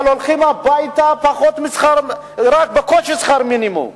אבל הולכים הביתה עם רק בקושי שכר מינימום.